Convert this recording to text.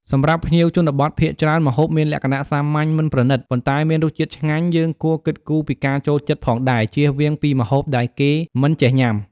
សម្រាប់ភ្ញៀវជនបទភាគច្រើនម្ហូបមានលក្ខណៈសាមញ្ញមិនប្រណិត ប៉ុន្តែមានរសជាតិឆ្ងាញ់ យើងគួរគិតគូរពីការចូលចិត្តផងដែរ ជៀសវាងពីម្ហូបដែលគេមិនចេះញុាំ។